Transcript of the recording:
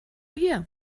hier